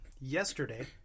yesterday